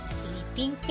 sleeping